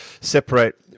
separate